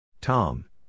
Tom